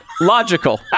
logical